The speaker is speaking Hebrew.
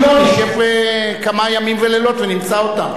אם לא, נשב כמה ימים ולילות ונמצא אותו.